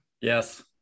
Yes